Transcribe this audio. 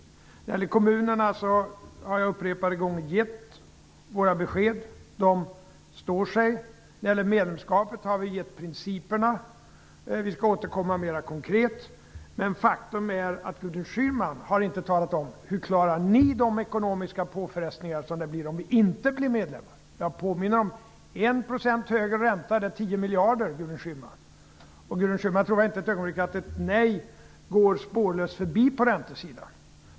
När det gäller kommunerna har jag upprepade gånger givit våra besked, och de står sig. När det gäller medlemskapet har vi angett principerna och skall återkomma mera konkret, men faktum är att Gudrun Schyman inte har talat om hur hennes parti vill att de ekonomiska påfrestningar som uppstår om vårt land inte blir medlem skall klaras. Jag vill påminna Gudrun Schyman om att 1 % räntehöjning motsvarar 10 miljarder kronor. Gudrun Schyman tror väl inte ett ögonblick att ett nej går spårlöst förbi på räntesidan.